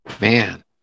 Man